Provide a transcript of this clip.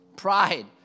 Pride